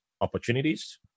opportunities